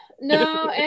No